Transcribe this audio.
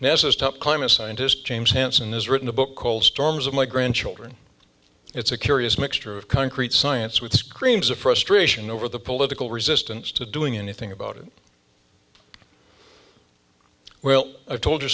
nessa's top climate scientist james hansen has written a book called storms of my grandchildren it's a curious mixture of concrete science with screams of frustration over the political resistance to doing anything about it well a told